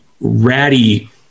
ratty